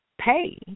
pay